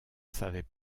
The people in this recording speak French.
savait